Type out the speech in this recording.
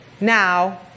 now